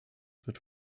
wird